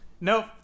Nope